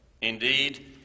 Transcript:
Indeed